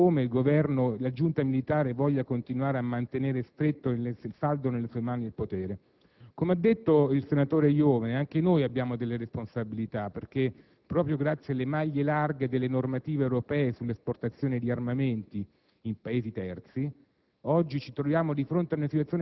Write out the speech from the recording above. una cattedrale nel deserto, che la dice lunga anche su come la giunta militare voglia continuare a mantenere saldo nelle sue mani il potere. Come ha detto il senatore Iovene, anche noi abbiamo delle responsabilità perché, proprio grazie alle maglie larghe delle normative europee sull'esportazione di armamenti